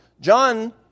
John